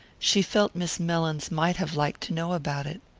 she felt miss mellins might have liked to know about it.